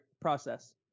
process